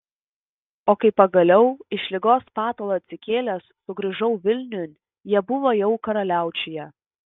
o kai pagaliau iš ligos patalo atsikėlęs sugrįžau vilniun jie buvo jau karaliaučiuje